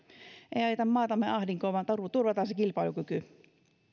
ei ajeta maatamme ahdinkoon vaan turvataan se kilpailukyky